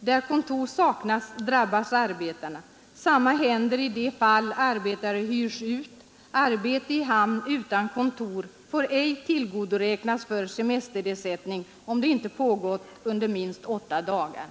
Där kontor saknas drabbas arbetarna. Detsamma händer också i de fall arbetare hyrs ut. Arbete i hamn utan kontor får ej tillgodoräknas för semesterersättning, om det inte pågår under minst åtta dagar.